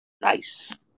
Nice